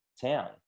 town